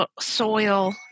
soil